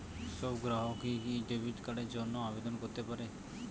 সব গ্রাহকই কি ডেবিট কার্ডের জন্য আবেদন করতে পারে?